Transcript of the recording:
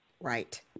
Right